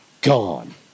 Gone